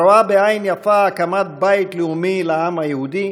הרואה בעין יפה הקמת בית יהודי לעם היהודי,